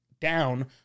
down